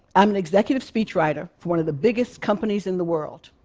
i'm an executive speechwriter for one of the biggest companies in the world.